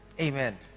amen